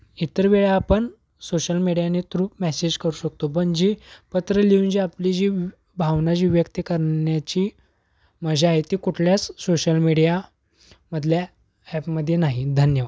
इतर वेळी आपण सोशल मीडियाने थ्रू मॅसेज करू शकतो पण जी पत्र लिहून जी आपली जी भावना जी व्यक्त करण्याची मजा आहे ती कुठल्याच सोशल मीडियामधल्या ॲपमध्ये नाही धन्यवाद